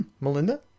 Melinda